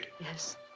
Yes